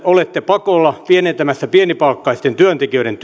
olette pakolla pidentämässä pienipalkkaisten työntekijöiden